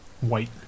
white